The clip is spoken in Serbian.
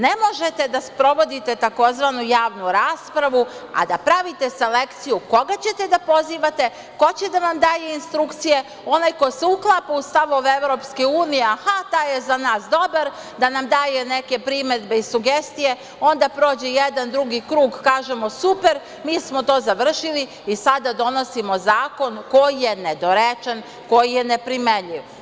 Ne možete da sprovodite tzv. javnu raspravu, a da pravite selekciju koga ćete da pozivate, ko će da vam daje instrukcije, onaj ko se uklapa u stavove EU, aha, taj je za nas dobar da nam daje neke primedbe i sugestije, onda prođe jedan drugi krug, kažemo - super, mi smo to završili i sada donosimo zakon koji je nedorečen, koji je neprimenljiv.